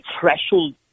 threshold